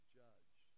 judge